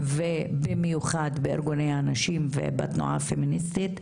ובמיוחד בארגוני הנשים ובתנועה הפמיניסטית,